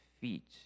feet